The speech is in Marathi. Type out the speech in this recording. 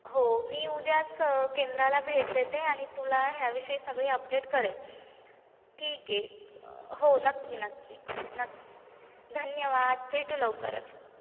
हो मी उद्याच केंद्राला भेट देते आणि तुला ह्याविषयी सगळी अपडेट करेल ठीक आहे हो नक्की नक्की नक्की धन्यवाद भेटू लवकरच